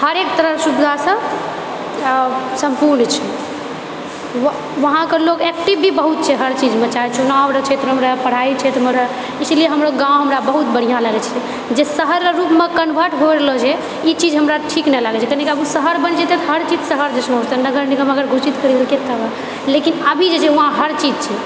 हरेक तरहके सुविधासे आ सम्पूर्ण छै वहाँके लोग एक्टिव भी बहुत छै हर चीजमे चाहे चुनाव क्षेत्रमे रहै पढ़ाइ क्षेत्रमे रहै इसीलिए हमरो गाँव हमरा बहुत बढ़िआँ लगैछे जे शहरके रूपमे कन्वर्ट हो रहलोछै ई चीज हमरा ठीक नहि लागैछे किआकी अगर ओ शहर बनि जतेए तऽ हरचीज जैसन हो जतेै नगर निगम अगर घोषित करलकै तबे लेकिन अभी जेछै वहाँ हरचीज छै